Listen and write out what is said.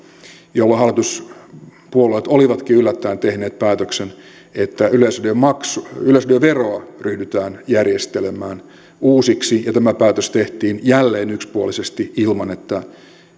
ja hallituspuolueet olivatkin yllättäen tehneet päätöksen että yleisradioveroa ryhdytään järjestelemään uusiksi tämä päätös tehtiin jälleen yksipuolisesti ilman että